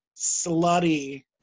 slutty